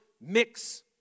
mix